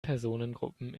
personengruppen